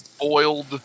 boiled